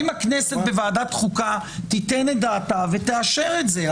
אם הכנסת בוועדת החוקה תיתן את דעתה ותאשר את זה,